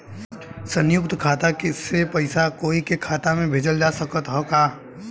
संयुक्त खाता से पयिसा कोई के खाता में भेजल जा सकत ह का?